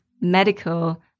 medical